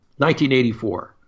1984